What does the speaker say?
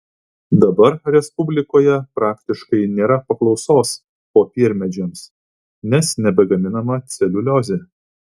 dabar respublikoje praktiškai nėra paklausos popiermedžiams nes nebegaminama celiuliozė